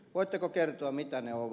voitteko kertoa mitä ne ovat